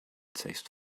taste